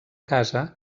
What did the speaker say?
casa